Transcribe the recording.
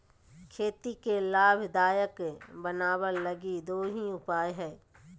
खेती के लाभदायक बनाबैय लगी दो ही उपाय हइ